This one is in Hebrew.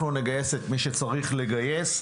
אנחנו נגייס את מי שצריך לגייס.